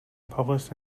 published